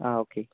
ആ ഓക്കേ